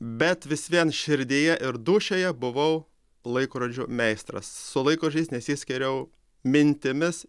bet vis vien širdyje ir dūšioje buvau laikrodžių meistras su laikrodžiais nes jis geriau mintimis